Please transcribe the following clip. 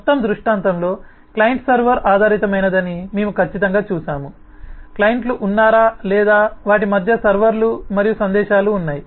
మొత్తం దృష్టాంతంలో client server ఆధారితమైనదని మేము ఖచ్చితంగా చూశాము క్లయింట్లు ఉన్నారా లేదా వాటి మధ్య సర్వర్లు మరియు సందేశాలు ఉన్నాయి